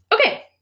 Okay